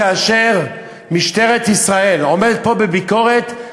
כאשר משטרת ישראל עומדת פה לביקורת,